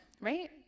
right